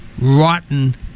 rotten